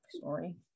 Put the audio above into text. Sorry